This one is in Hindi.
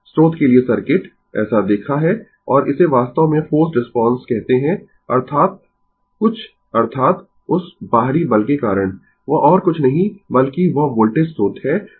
स्रोत के लिए सर्किट ऐसा देखा है और इसे वास्तव में फोर्स्ड रिस्पांस कहते है अर्थात कुछ अर्थात उस बाहरी बल के कारण वह और कुछ नहीं बल्कि वह वोल्टेज स्रोत है